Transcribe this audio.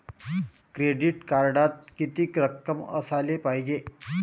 Credit कार्डात कितीक रक्कम असाले पायजे?